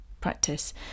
practice